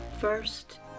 first